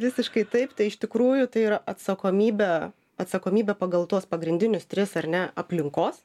visiškai taip tai iš tikrųjų tai yra atsakomybė atsakomybė pagal tuos pagrindinius tris ar ne aplinkos